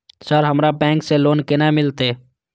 Sir हमरा bank से loan केना मिलते?